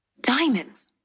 Diamonds